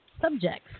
subjects